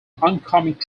oncoming